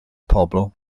pobl